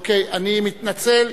אוקיי, אני מתנצל.